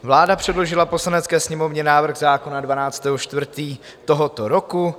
Vláda předložila Poslanecké sněmovně návrh zákona 12. 4. tohoto roku.